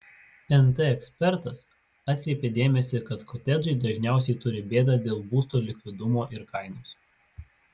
nt ekspertas atkreipė dėmesį kad kotedžai dažniausiai turi bėdą dėl būsto likvidumo ir kainos